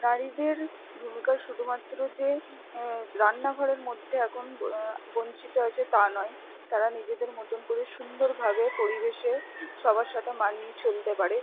নারীদের ভূমিকা শুধুমাত্র যে রান্নাঘরের মধ্যে এখন বঞ্চিত আছে তা নয় তারা নিজেদের মতোন করে খুব সুন্দরভাবে পরিবেশে সবার সাথে মানিয়ে চলতে পারে